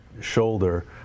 shoulder